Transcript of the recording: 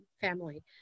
family